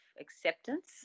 acceptance